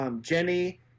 Jenny